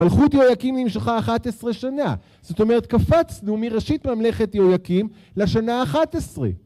מלכות יהויקים נמשכה 11 שנה. זאת אומרת, קפצנו מראשית ממלכת יהויקים לשנה ה-11